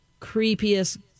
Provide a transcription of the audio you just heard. creepiest